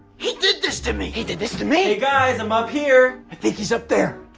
he did this to me. he did this to me guys. i'm up here i think he's up there